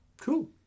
Cool